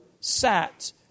sat